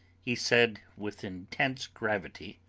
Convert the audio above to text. he said with intense gravity